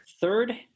third